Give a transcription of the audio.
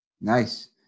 Nice